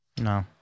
No